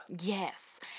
Yes